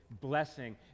blessing